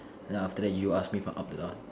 then after that you ask me from up to down